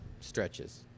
stretches